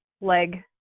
leg